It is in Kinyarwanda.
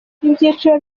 ibyiciro